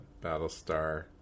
Battlestar